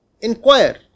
Inquire